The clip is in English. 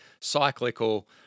cyclical